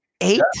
eight